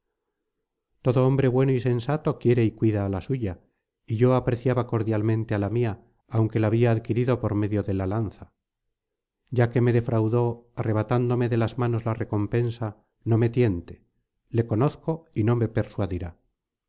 todo hombre bueno y sensato quiere y cuida á la suya y yo apreciaba cordialmente á la mía aunque la había adquirido por medio de la lanza ya que me defraudó arrebatándome de las manos la recompensa no me tiente le conozco y no me persuadirá